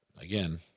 again